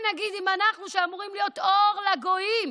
ומה נגיד אנחנו, שאמורים להיות אור לגויים,